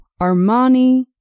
Armani